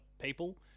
people